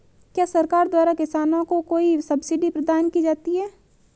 क्या सरकार द्वारा किसानों को कोई सब्सिडी प्रदान की जाती है?